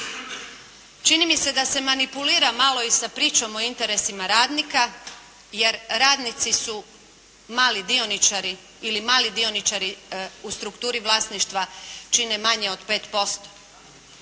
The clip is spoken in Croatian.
Čini mi se da se manipulira malo i sa pričom o interesima radnika jer radnici su mali dioničari ili mali dioničari u strukturi vlasništva čine manje od 5%.